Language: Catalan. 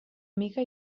amiga